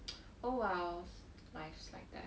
oh well life's like that